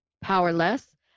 powerless